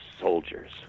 soldiers